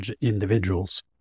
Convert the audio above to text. individuals